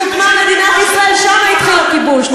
שקרן מי שאומר שאין כיבוש.